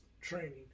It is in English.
training